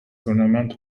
tournament